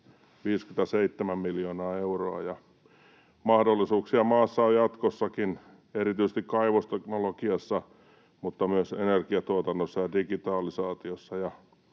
57 miljoonaa euroa vuonna 2022, ja mahdollisuuksia maassa on jatkossakin erityisesti kaivosteknologiassa mutta myös energiantuotannossa ja digitalisaatiossa.